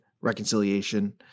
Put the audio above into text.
reconciliation